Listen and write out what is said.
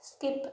skip